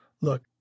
look